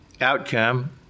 outcome